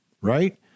right